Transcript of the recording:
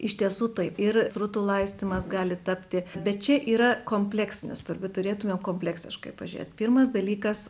iš tiesų tai ir srutų laistymas gali tapti bet čia yra kompleksinis turbūt turėtume kompleksiškai pažiūrėt pirmas dalykas